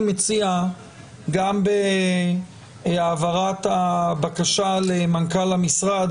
אני מציע גם בהעברת הבקשה למנכ"ל המשרד,